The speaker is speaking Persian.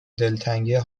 دلتنگی